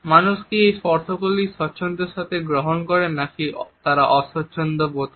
মানুষ কি এই স্পর্শগুলি স্বাচ্ছন্দের সাথে গ্রহণ করে নাকি তারা অস্বচ্ছন্দবোধ করে